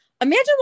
imagine